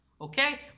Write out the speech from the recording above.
okay